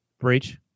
breach